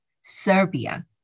Serbia